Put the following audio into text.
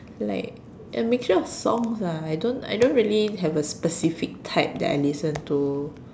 like a mixture of songs lah I don't I don't really have a specific type that I listen to